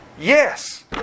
yes